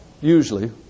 usually